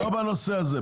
לא בנושא הזה,